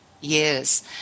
Yes